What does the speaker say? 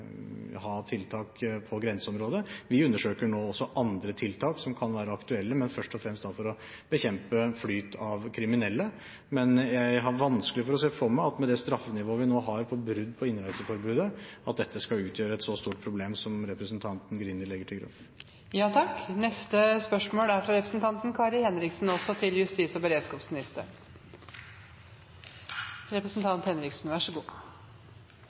å bekjempe flyt av kriminelle. Men jeg har vanskelig for å se for meg at dette – med det straffenivået vi nå har for brudd på innreiseforbudet – skal utgjøre et så stort problem som representanten Greni legger til grunn. Da går vi videre til spørsmål